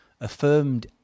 affirmed